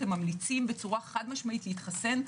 הם ממליצים חד-משמעית להתחסן.